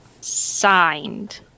signed